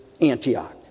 Antioch